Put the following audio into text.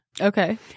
Okay